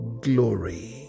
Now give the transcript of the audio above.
glory